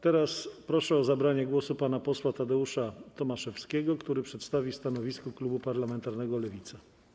Teraz proszę o zabranie głosu pana posła Tadeusza Tomaszewskiego, który przedstawi stanowisko klubu parlamentarnego Lewica.